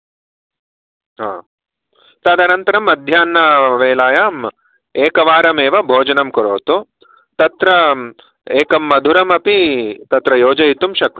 तदनन्तरं मध्याह्नवेलायाम् एकवारमेव भोजनं करोतु तत्र एकं मधुरम् अपि तत्र योजयितुं शक्नोति भवान् भवती